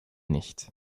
nicht